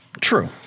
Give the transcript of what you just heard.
True